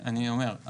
אני אומר,